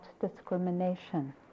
discrimination